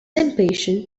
impatient